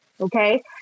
okay